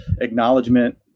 acknowledgement